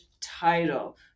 title